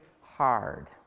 hard